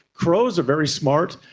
crows are very smart.